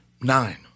Nine